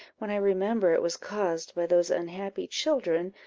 when i remember it was caused by those unhappy children,